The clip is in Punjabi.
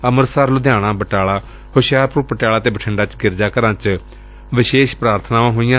ੰਮ੍ਤਿਤਸਰ ਲੁਧਿਆਣਾ ਬਟਾਲਾ ਹੁਸ਼ਿਆਰਪੁਰ ਪਟਿਆਲਾ ਅਤੇ ਬਠਿੰਡਾ ਚ ਗਿਰਜਾ ਘਰਾਂ ਵਿਚ ਵਿਸ਼ੇਸ਼ ਪ੍ਰਾਰਥਨਾਵਾਂ ਹੋਈਆਂ